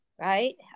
right